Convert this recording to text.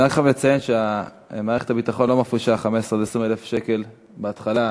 אני רק רוצה לציין שמערכת הביטחון לא מפרישה 15,000 20,000 שקל בהתחלה.